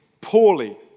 poorly